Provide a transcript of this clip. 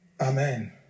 Amen